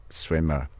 swimmer